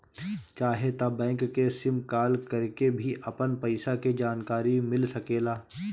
चाहे त बैंक के मिस कॉल करके भी अपन पईसा के जानकारी मिल सकेला